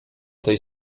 tej